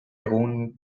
egunkarik